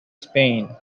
spain